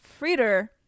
Frieder